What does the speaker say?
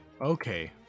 Okay